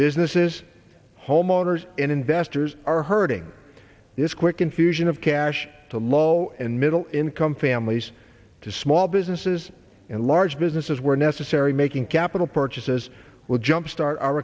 businesses homeowners and investors are hurting this quick infusion of cash to low and middle income families to small businesses and large businesses where necessary making capital purchases will jump start our